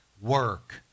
work